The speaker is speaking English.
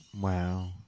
Wow